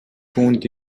түүнд